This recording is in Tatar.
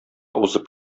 узып